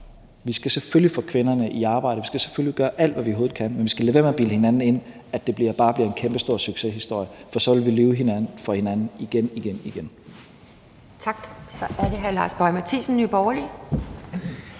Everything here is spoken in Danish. Vi skal selvfølgelig få kvinderne i arbejde; vi skal selvfølgelig gøre alt, vi overhovedet kan. Men vi skal lade være med at bilde hinanden ind, at det bare bliver en kæmpestor succeshistorie, for så vil vi lyve for hinanden igen, igen, igen. Kl. 19:44 Anden næstformand (Pia